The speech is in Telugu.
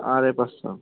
రేపు వస్తాము